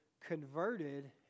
converted